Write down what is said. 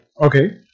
Okay